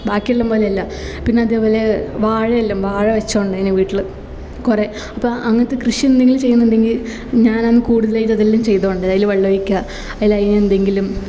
ബാക്കിയുള്ള പോലെയല്ല പിന്നതേപോലെ വാഴെല്ലാം വാഴവച്ചോണ്ടന്നെ വീട്ടില് കുറെ അപ്പം അങ്ങനത്തെ കൃഷി എന്തെങ്കിലും ചെയ്യുന്നുണ്ടെങ്കിൽ ഞാനാന്ന് കൂടുതലായിട്ടും അതെല്ലാം ചെയ്തോണ്ടേ അതിൽ വെള്ളമൊഴിക്കുക അല്ലേ അതിൽ എന്തെങ്കിലും